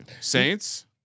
Saints